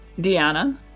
Deanna